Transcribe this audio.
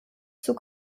zur